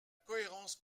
cohérence